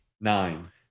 nine